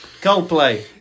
Coldplay